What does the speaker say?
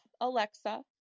Alexa